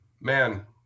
man